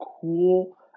cool